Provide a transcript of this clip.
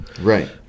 Right